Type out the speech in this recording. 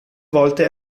volte